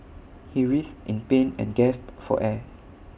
he writhed in pain and gasped for air